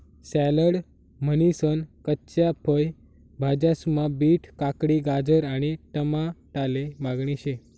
salad म्हनीसन कच्च्या फय भाज्यास्मा बीट, काकडी, गाजर आणि टमाटाले मागणी शे